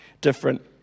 different